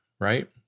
right